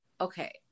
Okay